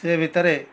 ସିଏ ଭିତରେ